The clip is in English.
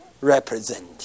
represent